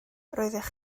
roeddech